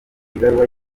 ibaruwa